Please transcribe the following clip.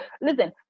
listen